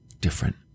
different